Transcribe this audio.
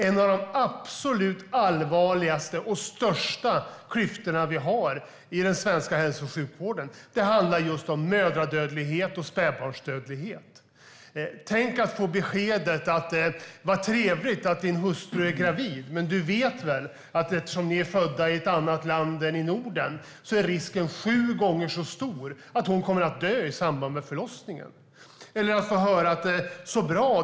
En av de absolut allvarligaste och största klyftorna i den svenska hälso och sjukvården handlar just om mödradödlighet och spädbarnsdödlighet. Tänk att få beskedet: Så trevligt att din hustru är gravid, men du vet väl att eftersom ni är födda i ett annat land än i Norden är risken sju gånger så stor att hustrun kommer att dö i samband med förlossningen. Eller att få höra: Så bra!